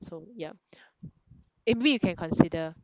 so yup eh maybe you can consider